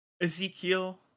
Ezekiel